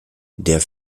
der